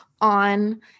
on